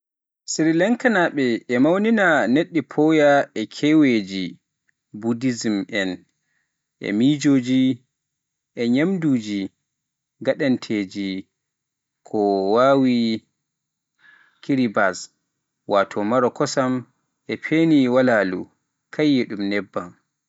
Sri Lankanaaɓe ina mawnina ñalɗi Poya e kewuuji Buddhist en, e miijooji, e ñaamduuji gaadanteeji ko wayi no kiribath (maaro kosam) e pani walalu (kaaƴe nebam).